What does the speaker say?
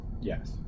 Yes